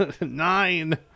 Nine